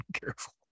careful